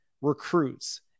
recruits